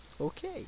Okay